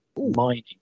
mining